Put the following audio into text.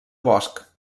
bosc